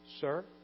Sir